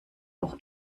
auch